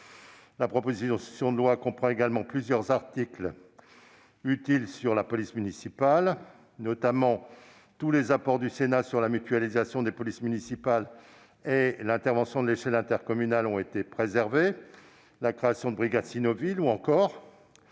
La proposition de loi comprend également plusieurs articles utiles sur la police municipale. Tous les apports du Sénat sur la mutualisation des polices municipales, l'intervention de l'échelle intercommunale, la création de brigades cynophiles ou encore